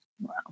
Wow